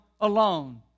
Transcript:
alone